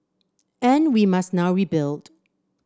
and we must now rebuild